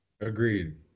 Agreed